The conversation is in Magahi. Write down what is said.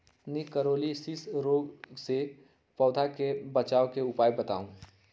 निककरोलीसिस रोग से पौधा के बचाव के उपाय बताऊ?